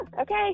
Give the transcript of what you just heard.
Okay